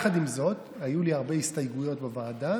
יחד עם זאת, היו לי הרבה הסתייגויות בוועדה,